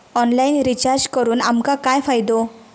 Online recharge करून आमका काय फायदो?